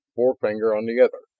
forefinger on the other.